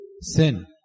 sin